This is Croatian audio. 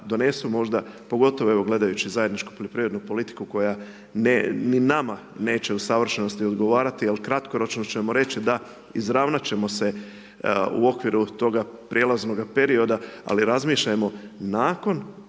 donesu možda, ponovo evo gledajući zajedničku poljoprivrednu politiku koja ni nama neće u savršenosti odgovarati, ali kratkoročno ćemo reći, da izravnati ćemo se u okviru toga prijelaznoga perioda, ali razmišljamo nakon